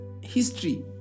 history